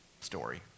story